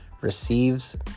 receives